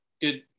Good